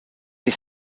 des